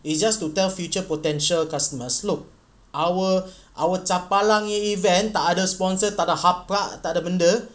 it's just to tell future potential customers look our our chapalang event tak ada sponsor takde apa takde benda